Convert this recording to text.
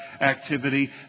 activity